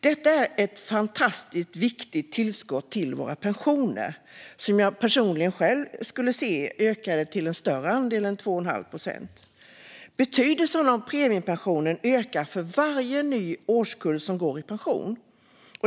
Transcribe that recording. Detta är ett fantastiskt viktigt tillskott till våra pensioner, som jag personligen gärna skulle se ökade till en större andel än 2 1⁄2 procent. Betydelsen av premiepensionen ökar för varje ny årskull som går i pension.